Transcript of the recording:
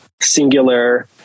singular